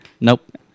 Nope